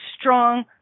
strong